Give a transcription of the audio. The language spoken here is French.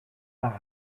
par